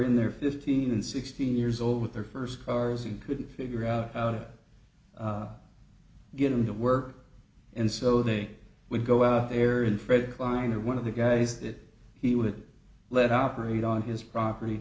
in there fifteen and sixteen years old with their first cars and couldn't figure out how to get into work and so they would go out there and fred klein or one of the guys that he would let operate on his property